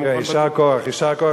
יישר כוח.